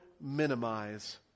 minimize